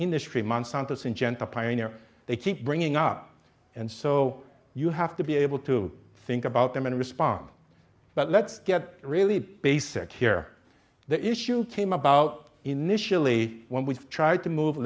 industry monsanto syngenta pioneer they keep bringing up and so you have to be able to think about them and respond but let's get really basic here the issue came about initially when we tried to move